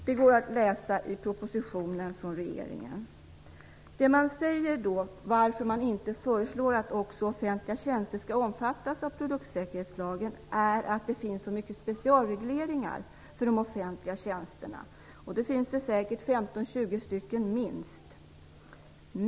Detta går att läsa i propositionen. Anledningen till att man inte föreslår att offentliga tjänster skall omfattas av produktsäkerhetslagen är att det finns så mycket specialregleringar för de offentliga tjänsterna. Det finns säkert minst 15-20 olika regleringar.